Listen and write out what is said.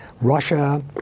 Russia